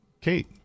Kate